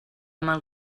mal